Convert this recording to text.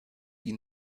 ihn